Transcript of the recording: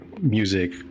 music